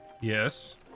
yes